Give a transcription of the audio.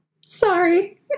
sorry